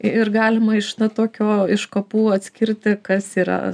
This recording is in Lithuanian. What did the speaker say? ir galima iš tokio iš kapų atskirti kas yra